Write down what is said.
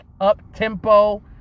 up-tempo